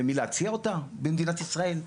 למי להציע אותה במדינת ישראל?